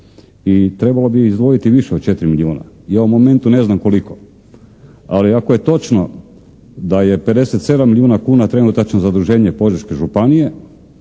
i trebalo bi izdvojiti više od 4 milijuna. Ja u ovom momentu ne znam koliko. Ali ako je točno da je 57 milijuna kuna trenutačno zaduženje Požeške županije,